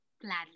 Gladly